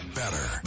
better